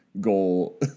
goal